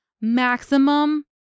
maximum